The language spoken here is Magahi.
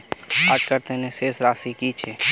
आजकार तने शेष राशि कि छे?